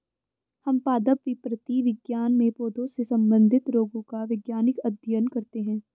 हम पादप विकृति विज्ञान में पौधों से संबंधित रोगों का वैज्ञानिक अध्ययन करते हैं